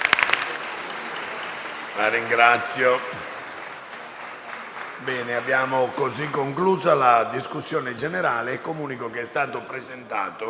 la ringrazio